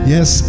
Yes